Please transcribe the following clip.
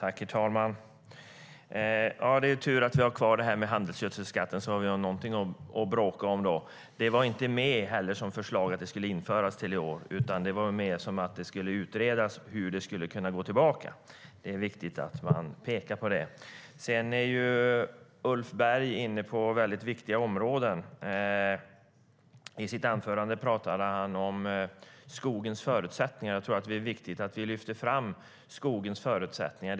Herr talman! Det är tur att vi har kvar frågan om handelsgödselskatten så att vi har någonting att bråka om. Det var inte med som ett förslag att den skulle införas i år, utan det var med att det skulle utredas hur den skulle kunna komma tillbaka. Det är viktigt att peka på det. Ulf Berg är inne på väldigt viktiga områden. I sitt anförande pratade han om skogens förutsättningar. Jag tror att det är viktigt att vi lyfter fram skogens förutsättningar.